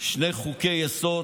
שני חוקי-יסוד,